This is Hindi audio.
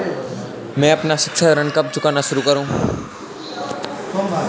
मैं अपना शिक्षा ऋण कब चुकाना शुरू करूँ?